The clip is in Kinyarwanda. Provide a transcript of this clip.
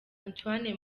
antoine